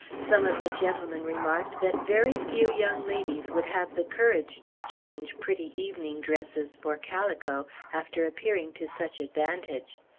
some of the gentlemen remarked that very few young ladies would have the courage to change pretty evening dresses for calico, after appearing to such advantage.